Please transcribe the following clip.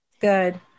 Good